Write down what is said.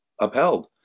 upheld